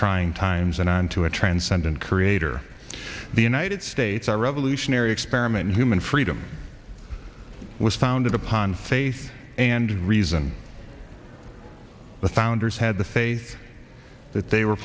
trying times and on to a transcendent creator the united states a revolutionary experiment in human freedom was founded upon faith and reason the founders had the faith that they were